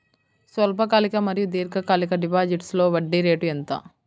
స్వల్పకాలిక మరియు దీర్ఘకాలిక డిపోజిట్స్లో వడ్డీ రేటు ఎంత?